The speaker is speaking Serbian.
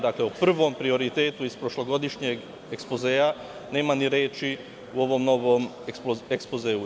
Dakle, u prvom prioritetu iz prošlogodišnjeg ekspozea nema ni reči u ovom novom ekspozeu.